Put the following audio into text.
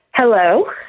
Hello